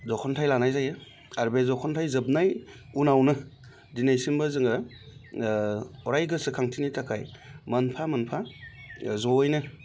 जख'न्थाय लानाय जायो आरो बे जख'न्थाय जोबनाय उनावनो दिनैसिमबो जोङो अराय गोसोखांथिनि थाखाय मोनफा मोनफा ज'यैनो